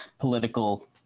political